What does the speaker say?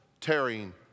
tearing